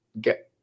get